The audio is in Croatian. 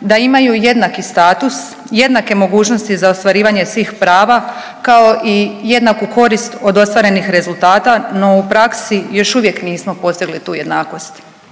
da imaju jednaki status, jednake mogućnosti za ostvarivanje svih prava kao i jednaku korist od ostvarenih rezultata, no u praksi još uvijek nismo postigli tu jednakost.